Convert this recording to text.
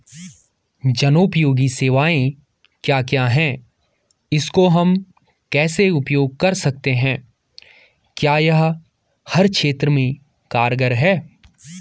जनोपयोगी सेवाएं क्या क्या हैं इसको हम कैसे उपयोग कर सकते हैं क्या यह हर क्षेत्र में कारगर है?